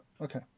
Okay